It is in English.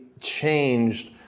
changed